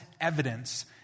evidence